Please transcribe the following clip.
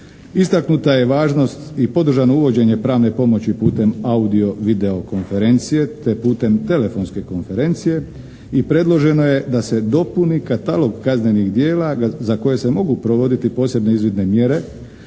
Istaknuta je važnost i podržano uvođenje pravne pomoći putem audio-video konferencije te putem telefonske konferencije i predloženo je da se dopuni katalog kaznenih djela za koje se mogu provoditi posebne izvidne mjere